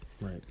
Right